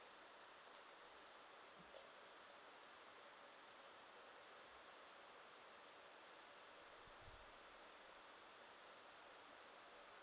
okay